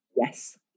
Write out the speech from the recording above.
Yes